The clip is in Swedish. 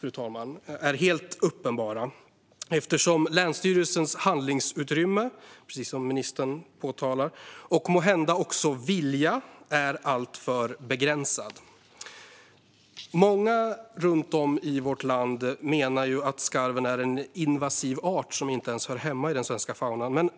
fru talman, måste uppenbarligen till, eftersom länsstyrelsens handlingsutrymme, precis som ministern påpekar, är alltför begränsat. Måhända är också viljan alltför begränsad. Många runt om i vårt land menar att skarven är en invasiv art som inte ens hör hemma i den svenska faunan.